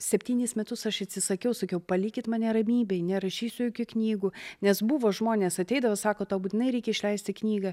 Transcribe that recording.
septynis metus aš atsisakiau sakiau palikit mane ramybėj nerašysiu jokių knygų nes buvo žmonės ateidavo sako tau būtinai reikia išleisti knygą